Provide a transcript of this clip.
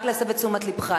רק להסב את תשומת לבך.